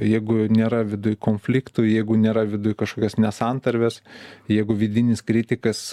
jeigu nėra viduj konfliktų jeigu nėra viduj kažkokios nesantarvės jeigu vidinis kritikas